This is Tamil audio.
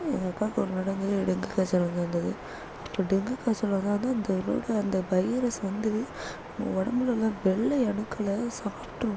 எங்கள் அக்காவுக்கு ஒரு தடவை வந்து டெங்கு காய்ச்சல் வந்திருந்தது அப்போ டெங்கு காய்ச்சல் வராத அந்தனோட அந்த வைரஸ் வந்து நம்ம உடம்புல உள்ள வெள்ளைை அணுக்களை சாப்பிட்ரும்